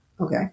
Okay